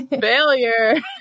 failure